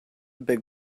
big